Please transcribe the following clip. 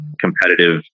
competitive